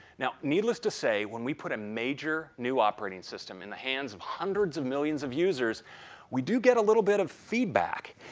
now, needless to say when we put a major new operating system in the hands of hundreds of millions of users we do get a little bit of feedback.